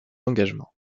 engagements